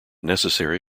necessary